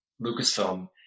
Lucasfilm